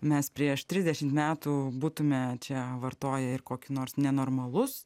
mes prieš trisdešim metų būtume čia vartoję ir kokį nors nenormalus